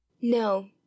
No